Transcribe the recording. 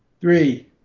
Three